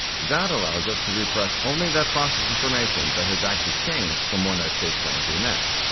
that allows it to refresh only that process information that has actually changed from one update frame to the next,